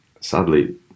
sadly